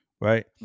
right